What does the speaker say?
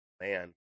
Man